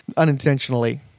Unintentionally